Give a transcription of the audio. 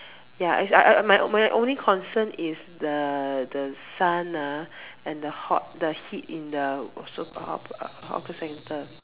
ya its my only concern is the the sun ah and the hot the heat in the so called hawker centre